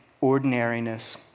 ordinariness